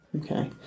Okay